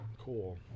cool